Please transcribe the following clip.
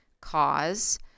cause